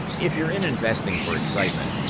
if you're in investing for excitement,